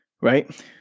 Right